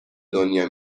دنیا